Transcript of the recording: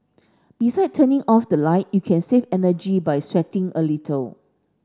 beside turning off the light you can save energy by sweating a little